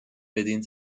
بدین